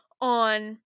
on